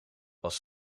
was